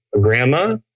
grandma